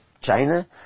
China